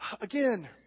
again